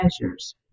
measures